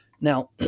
Now